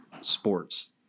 sports